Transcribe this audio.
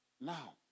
now